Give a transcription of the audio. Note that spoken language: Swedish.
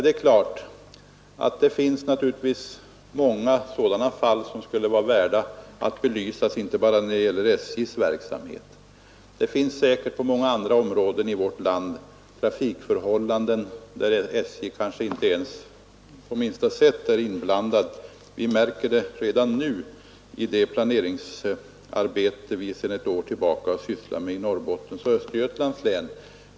Det är klart att det finns många fall som skulle vara värda att belysas inte bara när det gäller SJ:s verksamhet. Det finns säkert på många andra områden i vårt land trafikförhållanden, där SJ kanske inte ens på minsta sätt är inblandat. Vi märker detta redan nu i det planeringsarbete, som vi sedan ett år tillbaka sysslar med i Norrbottens och Östergötlands län.